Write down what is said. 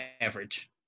average